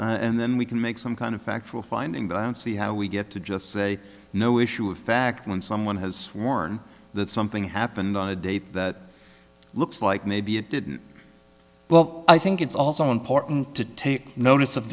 and then we can make some kind of factual finding but i don't see how we get to just say no issue of fact when someone has sworn that something happened on a date that looks like maybe it did well i think it's also important to take notice of